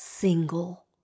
single